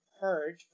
heard